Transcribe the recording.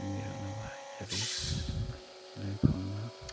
ꯊꯤꯟꯕꯤꯔꯛꯅꯕ ꯍꯥꯏꯖꯔꯤ ꯑꯩꯒꯤ ꯂꯩꯐꯝꯅ